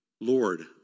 Lord